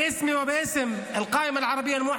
והיום הוא חוזר למסגד אל-אקצא הקדוש,